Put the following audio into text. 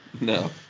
No